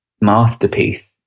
masterpiece